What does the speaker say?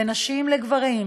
בין נשים לגברים.